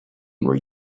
were